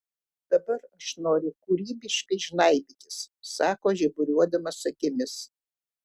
dabar aš noriu kūrybiškai žnaibytis sako žiburiuodamas akimis